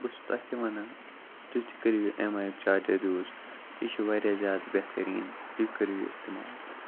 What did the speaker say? بہٕ چھُس تۄہہِ تہِ وَنان تُہۍ تہِ کٔرِو یہِ اٮ۪م آی یُک چارجَر یوٗز یہِ چھِ واریاہ زیادٕ بہتریٖن تُہۍ کٔرِو یہِ استعمال